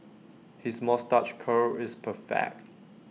his moustache curl is perfect